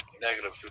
negative